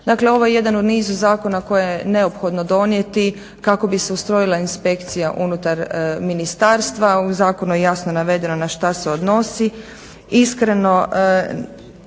Dakle, ovo je jedan u nizu zakona koje je neophodno donijeti kako bi se ustrojila inspekcija unutar ministarstva. ovim zakonom je jasno navedeno na šta se odnosi.